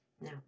No